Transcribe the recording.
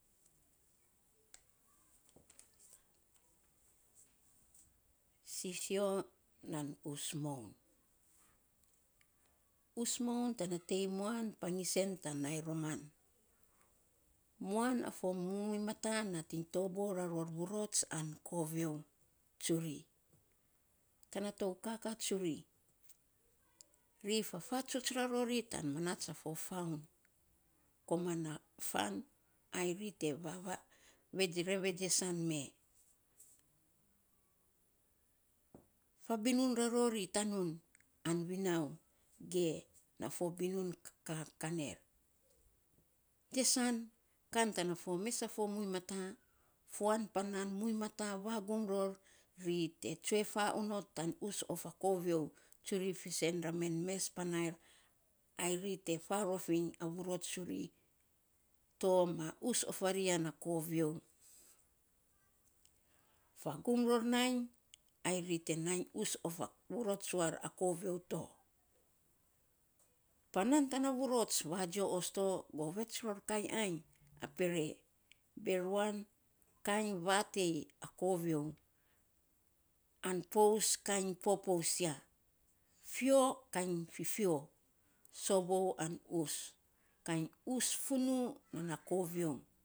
sisio nan us moun. Us moun tana te moan pangis en tan nainy roman. moan a fo mumuiny mata nating toboo ra ror vurots an koviou, tsuri, tana tou kaka tsuri ri fafatsuts ra rori tan manats a fo faun, koman a fan ai ri te me fabinun ra rori koman tanun an vinau ge na fo binun ka kan er. Jesan kan tana fo muiny mata, fuainy panan muiny mata vigom ror, ri te tsue fa onot tan us of a koviou tsuri fiisen men a mes panair ai ri te farov iny a vurots tsuri to ma us of ari ya na koviou. fagum ror nainy ai ri te nainy us of vurots, a koviou to panan tana vurots vajio osto, govets ror kainy ainy, a peree, beruan kainy vatei a koviou an pous kainy popous ya, fio kainy fifio sovou ana us kainy us fonu tana koviou.